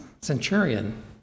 centurion